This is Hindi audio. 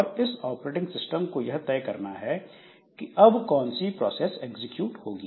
और इस ऑपरेटिंग सिस्टम को यह तय करना है कि अब कौन सी प्रोसेस एग्जीक्यूट होगी